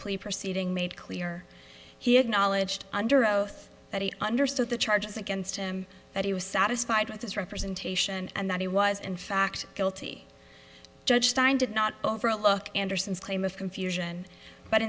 plea proceeding made clear he acknowledged under oath that he understood the charges against him that he was satisfied with his representation and that he was in fact guilty judge stein did not overlook anderson's claim of confusion but